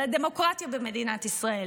על הדמוקרטיה במדינת ישראל.